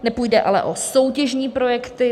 Nepůjde ale o soutěžní projekty.